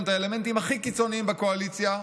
את האלמנטים הכי קיצוניים בקואליציה,